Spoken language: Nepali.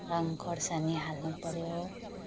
रङ्ग खोर्सानी हाल्नुपऱ्यो